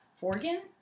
organ